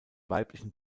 weiblichen